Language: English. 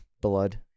blood